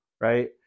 right